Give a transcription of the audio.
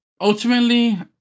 Ultimately